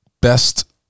best